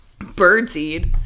birdseed